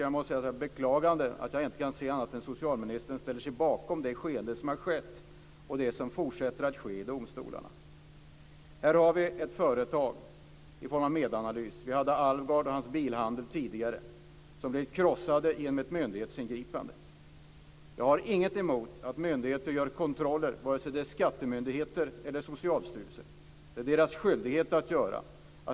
Jag beklagar att jag inte kan se annat än att socialministern ställer sig bakom det som har skett och fortsätter att ske i domstolarna. Här har vi företaget Medanalys. Tidigare hade vi Alvgard och hans bilhandel som blev krossade genom ett myndighetsingripande. Jag har inget emot att myndigheter gör kontroller vare sig det är skattemyndigheter eller Socialstyrelsen. Det är deras skyldighet att göra det.